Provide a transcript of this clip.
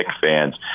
fans